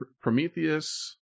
Prometheus